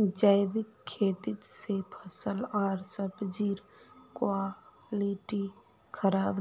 जैविक खेती से फल आर सब्जिर क्वालिटी खराब